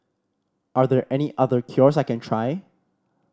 are there any other cures I can try